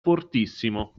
fortissimo